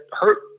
hurt